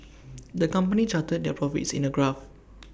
the company charted their profits in A graph